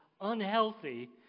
unhealthy